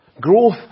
Growth